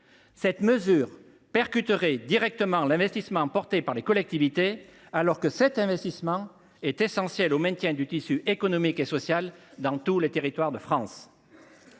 cette mesure percuterait directement l’investissement porté par les collectivités, alors qu’il est essentiel au maintien du tissu économique et social dans tous les territoires de France.